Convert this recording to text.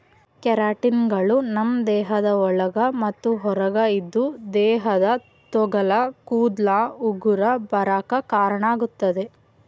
ಕೆರಾಟಿನ್ಗಳು ನಮ್ಮ್ ದೇಹದ ಒಳಗ ಮತ್ತ್ ಹೊರಗ ಇದ್ದು ದೇಹದ ತೊಗಲ ಕೂದಲ ಉಗುರ ಬರಾಕ್ ಕಾರಣಾಗತದ